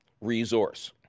resource